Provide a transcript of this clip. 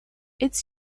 its